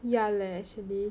ya leh actually